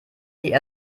die